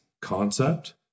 concept